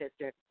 sister